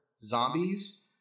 zombies